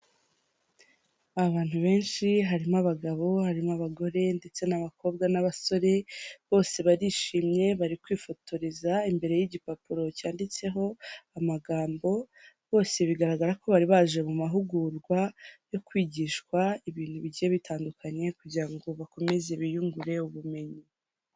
Abantu bensi harimo abagabo, harimo n'abagore, ndetse n'abakobwa n'abasore, bose barishimye. Bari kwifotoreza imbere y'igipapuro cyanditseho amagambo. Bose bigaragara ko bari baje mu mahugurwa yo kwigishwa ibintu bigiye bitandukanye kugira ngo bakomeze kwiyungura ubumenyi.